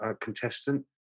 contestant